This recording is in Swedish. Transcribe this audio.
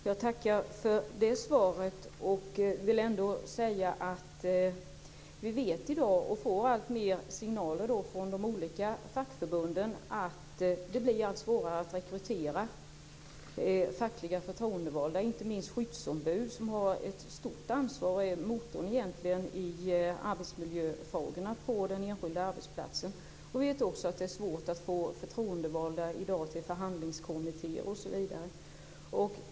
Fru talman! Jag tackar för det svaret. Vi får alltfler signaler från de olika fackförbunden att det blir allt svårare att rekrytera fackliga förtroendevalda, inte minst skyddsombud. De har ett stort ansvar och är motorn i arbetsmiljöfrågorna på den enskilda arbetsplatsen. Vi vet också att det i dag är svårt att få förtroendevalda till förhandlingskommittér osv.